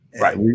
Right